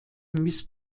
miss